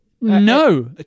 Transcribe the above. No